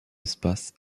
espaces